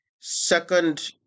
Second